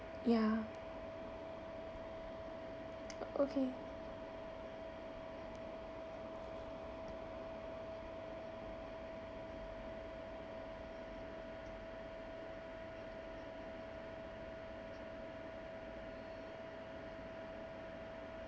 ya okay